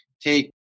take